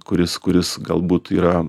kuris kuris galbūt yra